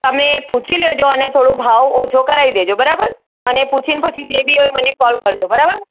તમે પૂછી લેજો અને ભાવ ઓછો કરાવી દેજો બરાબર અને પૂછીને પછી જે હોય એ મને કોલ કરજો બરાબર